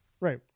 Right